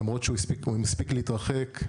למרות שהוא הספיק להתרחק,